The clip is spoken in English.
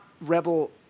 Rebel